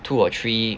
two or three